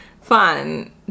fun